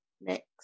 next